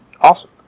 awesome